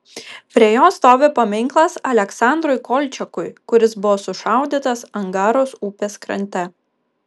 prie jo stovi paminklas aleksandrui kolčiakui kuris buvo sušaudytas angaros upės krante